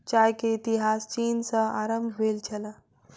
चाय के इतिहास चीन सॅ आरम्भ भेल छल